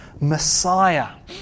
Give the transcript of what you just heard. Messiah